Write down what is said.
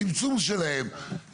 צמצום שלהם,